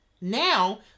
Now